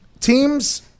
teams